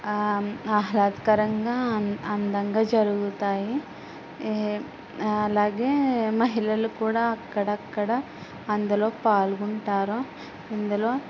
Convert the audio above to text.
ఆహ్లాదకరంగా అందంగా జరుగుతాయి అలాగే మహిళలు కూడా అక్కడక్కడ అందులో పాల్గొంటారు ఇందులో